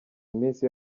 iminsi